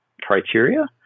criteria